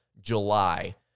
July